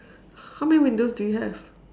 how many windows do you have